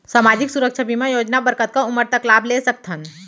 सामाजिक सुरक्षा बीमा योजना बर कतका उमर तक लाभ ले सकथन?